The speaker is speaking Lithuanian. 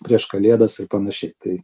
prieš kalėdas ir panašiai tai